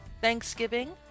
Thanksgiving